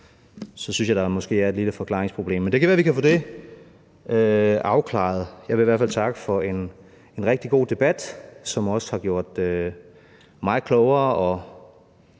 så synes jeg måske, der er et lille forklaringsproblem. Men det kan være, at vi kan få det afklaret. Jeg vil i hvert fald takke for en rigtig god debat, som også har gjort mig klogere og